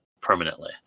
permanently